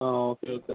ആ okay okay